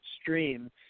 stream